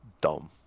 dumb